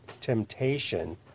temptation